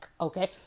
Okay